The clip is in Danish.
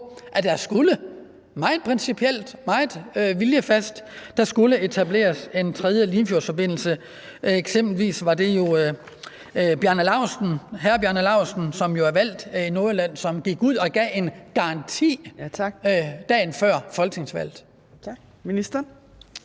at der skulle etableres en tredje Limfjordsforbindelse. Eksempelvis var det jo hr. Bjarne Laustsen, som er valgt i Nordjylland, som dagen før folketingsvalget